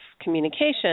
communication